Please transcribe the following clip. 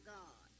God